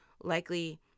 likely